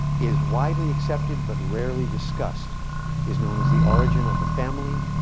is widely accepted, but rarely discussed is known as the origin of the family,